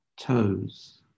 toes